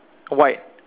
white